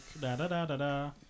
Da-da-da-da-da